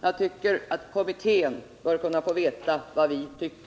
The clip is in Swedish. och kommittén bör kunna få veta vad vi tycker.